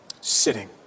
Sitting